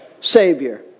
Savior